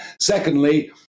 secondly